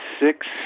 Six